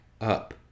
up